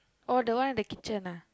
orh the one in the kitchen ah